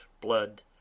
blood